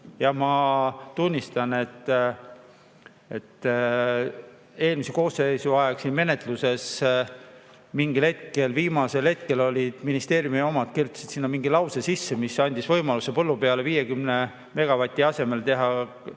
Ma tunnistan, et eelmise koosseisu ajal siin menetluses viimasel hetkel ministeeriumi omad kirjutasid sinna mingi lause sisse, mis andis võimaluse põllu peale 50 megavati asemel teha kas